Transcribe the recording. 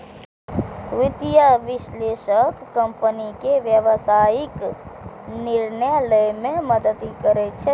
वित्तीय विश्लेषक कंपनी के व्यावसायिक निर्णय लए मे मदति करै छै